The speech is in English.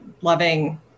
loving